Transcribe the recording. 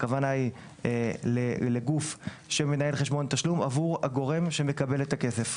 הכוונה היא לגוף שמנהל חשבון תשלום עבור הגורם שמקבל את הכסף.